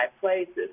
places